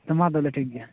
ᱦᱮᱸ ᱢᱟ ᱛᱟᱦᱚᱞᱮ ᱴᱷᱤᱠ ᱜᱮᱭᱟ